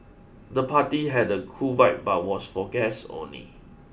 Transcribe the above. the party had a cool vibe but was for guests only